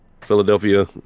Philadelphia